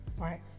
Right